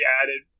added